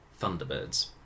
Thunderbirds